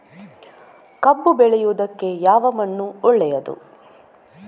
ಕಬ್ಬು ಬೆಳೆಯುವುದಕ್ಕೆ ಯಾವ ಮಣ್ಣು ಒಳ್ಳೆಯದು?